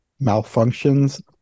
malfunctions